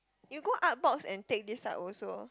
you go Artbox and take this type also